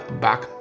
back